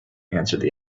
answered